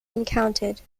encountered